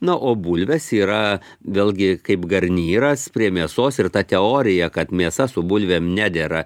na o bulvės yra vėlgi kaip garnyras prie mėsos ir ta teorija kad mėsa su bulvėm nedera